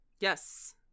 Yes